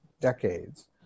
decades